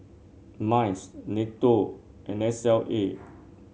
MICE NATO and S L A